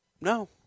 No